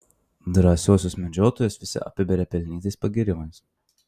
drąsiuosius medžiotojus visi apiberia pelnytais pagyrimais